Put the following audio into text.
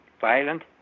Violent